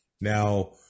Now